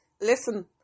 listen